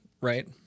right